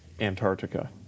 Antarctica